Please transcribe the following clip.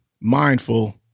mindful